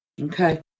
Okay